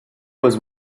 was